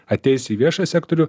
ateis į viešą sektorių